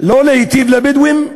לא להיטיב עם הבדואים,